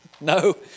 No